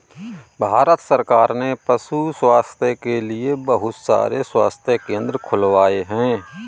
भारत सरकार ने पशु स्वास्थ्य के लिए बहुत सारे स्वास्थ्य केंद्र खुलवाए हैं